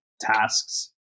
tasks